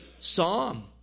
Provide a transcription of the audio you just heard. psalm